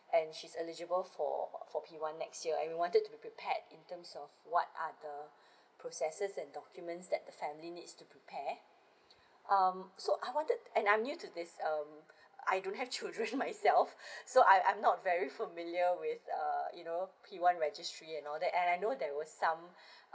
and she's eligible for for p one next year I wanted to be prepared in terms of what are the processes and documents that the family needs to prepare um so I wanted and I'm new to this um I don't have children myself so I I'm not very familiar with uh you know p one registry and all that and I know that was so